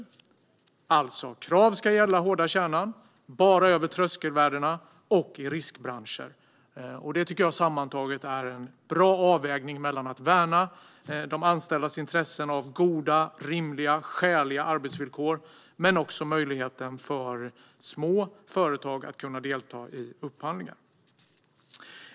De arbetsrättsliga kraven ska alltså gälla den hårda kärnan, och reglerna ska bara gälla upphandlingar över tröskelvärdena och i riskbranscher. Det tycker jag sammantaget är en bra avvägning mellan att värna de anställdas intressen av goda, rimliga och skäliga arbetsvillkor och möjligheten för små företag att delta i upphandlingar.